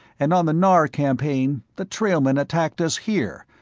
and on the narr campaign the trailmen attacked us here,